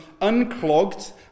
unclogged